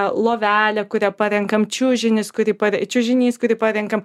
lovelė kurią parenkam čiužinis kurį pare čiužinys kurį parenkam